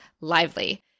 lively